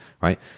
right